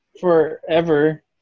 forever